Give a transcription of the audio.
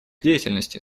деятельности